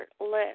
list